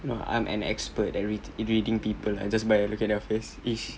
you know I am an expert at read reading people just by looking at their face